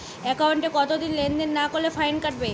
একাউন্টে কতদিন লেনদেন না করলে ফাইন কাটবে?